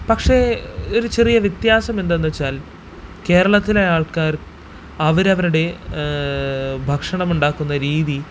പക്ഷേ ഒരു ചെറിയ വ്യത്യാസം എന്തെന്ന് വെച്ചാൽ കേരളത്തിലെ ആൾക്കാർ അവരവരുടെ ഭക്ഷണം ഉണ്ടാക്കുന്ന രീതി